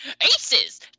Aces